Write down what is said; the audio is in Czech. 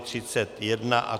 31.